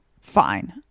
Fine